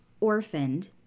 orphaned